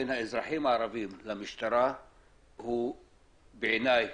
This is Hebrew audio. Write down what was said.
בין האזרחים הערבים למשטרה הוא בעיני,